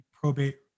probate